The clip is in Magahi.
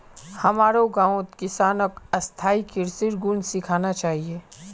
हमारो गांउत किसानक स्थायी कृषिर गुन सीखना चाहिए